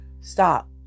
Stop